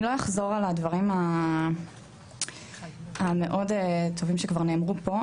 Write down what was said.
אני לא אחזור על הדברים המאוד טובים שכבר נאמרו פה,